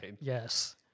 Yes